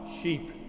sheep